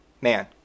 Man